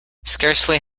scarcely